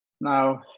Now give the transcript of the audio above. now